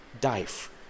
dive